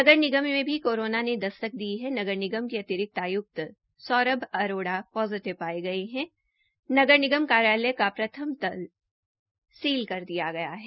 नगर निगम में भी करोना ने दस्तक दी है नगर निगम के अतिरिक्त आय्क्त सौरभ अरोड़ा पॉजिटिव पाए गए हैं नगर निगम कार्यालय का प्रथम तल सील कर दिया गया है